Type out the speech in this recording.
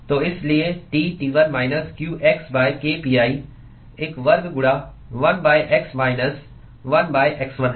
तो इसलिए T T1 minus qx k pi एक वर्ग गुणा 1 x माइनस 1 x 1 है